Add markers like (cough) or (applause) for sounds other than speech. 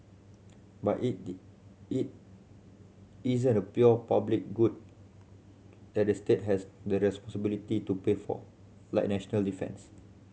but it (unintelligible) it isn't a pure public good that the state has the responsibility to pay for like national defence